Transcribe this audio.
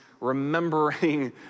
remembering